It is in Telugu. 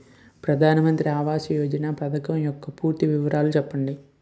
ప్రధాన మంత్రి ఆవాస్ యోజన పథకం యెక్క పూర్తి వివరాలు చెప్పండి?